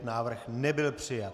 Návrh nebyl přijat.